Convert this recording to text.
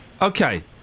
Okay